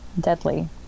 deadly